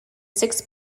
six